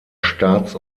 staats